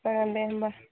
जागोन दे होनबा